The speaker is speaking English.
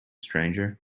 stranger